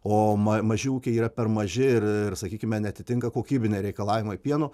o ma maži ūkiai yra per maži ir ir sakykime neatitinka kokybiniai reikalavimai pieno